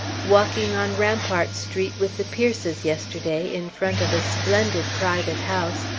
walking on rampart street with the peirces yesterday, in front of a splendid private house,